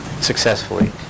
successfully